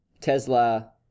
Tesla